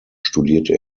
studierte